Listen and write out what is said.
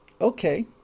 Okay